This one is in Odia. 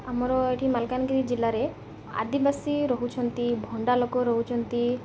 ଆମର ଏଇଠି ମାଲକାନଗିରି ଜିଲ୍ଲାରେ ଆଦିବାସୀ ରହୁଛନ୍ତି ଭଣ୍ଡା ଲୋକ ରହୁଛନ୍ତି